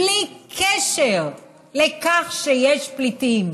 בלי קשר לכך שיש פליטים.